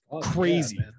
crazy